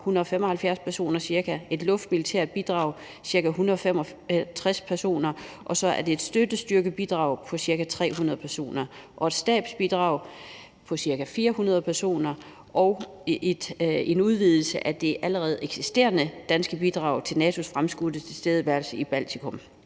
175 personer, et luftmilitært bidrag på ca. 165 personer, og så er det et støttestyrkebidrag på ca. 300 personer og et stabsbidrag på ca. 400 personer og en udvidelse af det allerede eksisterende danske bidrag til NATO's fremskudte tilstedeværelse i Baltikum.